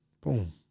Boom